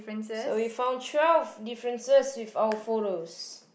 so you found twelve differences with our photos